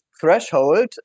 threshold